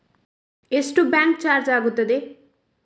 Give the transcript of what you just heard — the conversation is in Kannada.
ಎಷ್ಟು ಬ್ಯಾಂಕ್ ಚಾರ್ಜ್ ಆಗುತ್ತದೆ?